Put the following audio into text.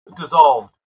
dissolved